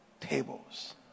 tables